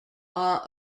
are